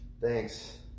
Thanks